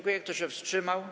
Kto się wstrzymał?